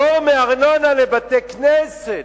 פטור מארנונה לבתי-כנסת,